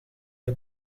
n’a